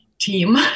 team